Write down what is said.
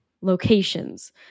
locations